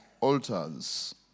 altars